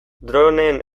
droneen